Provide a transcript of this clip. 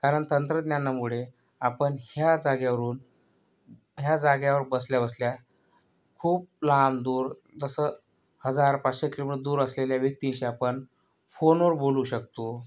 कारण तंत्रज्ञानामुळे आपण ह्या जागेवरून ह्या जागेवर बसल्याबसल्या खूप लांब दूर जसं हजार पाचशे किलोमीटर दूर असलेल्या व्यक्तीशी आपण फोनवर बोलू शकतो